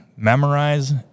memorize